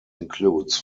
includes